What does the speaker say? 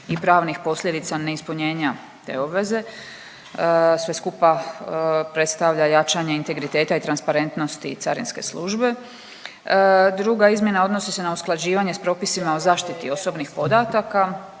i pravnih posljedica neispunjenja te obveze, sve skupa predstavlja jačanje integriteta i transparentnosti carinske službe. Druga izmjena odnosi na usklađivanje s propisima o zaštiti osobnih podataka,